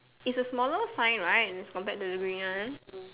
is a smaller sign right compared to the green one